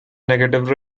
negative